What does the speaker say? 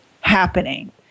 happening